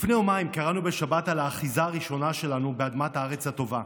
לפני יומיים קראנו בשבת על האחיזה הראשונה שלנו באדמת הארץ הטובה.